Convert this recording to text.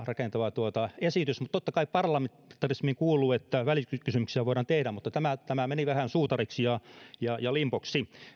rakentava esitys totta kai parlamentarismiin kuuluu että välikysymyksiä voidaan tehdä mutta tämä meni vähän suutariksi ja limboksi